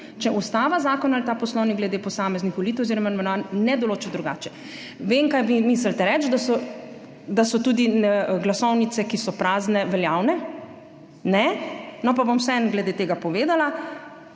če ustava, zakon ali ta poslovnik glede posameznih volitev oziroma imenovanj ne določa drugače.« Vem, kaj vi mislite reči – da so tudi glasovnice, ki so prazne, veljavne. No, pa bom vseeno glede tega povedala,